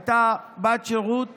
הייתה בת שירות